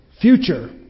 future